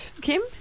Kim